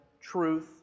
Truth